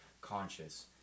conscious